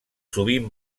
sovint